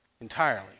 entirely